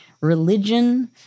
religion